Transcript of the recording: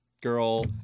girl